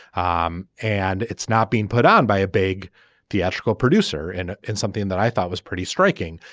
um and it's not being put on by a big theatrical producer and in something that i thought was pretty striking.